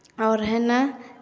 आओर हइ ने